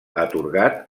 atorgat